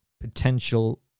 potential